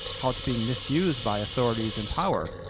how it's being misused by authorities in power.